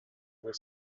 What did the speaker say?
vont